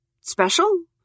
Special